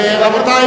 אתה רוצה,